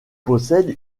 possède